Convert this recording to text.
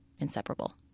inseparable